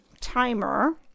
timer